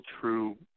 true